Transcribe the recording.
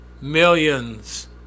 millions